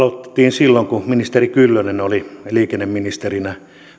silloin kun ministeri kyllönen oli liikenneministerinä